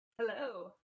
hello